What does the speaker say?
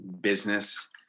business